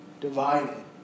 divided